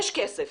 יש כסף.